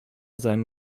seinen